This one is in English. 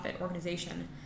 organization